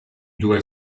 due